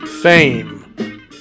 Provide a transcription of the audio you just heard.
Fame